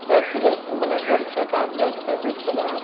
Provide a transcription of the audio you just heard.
जास्तीत जास्त मला घरचे कामं जास्त भेटायला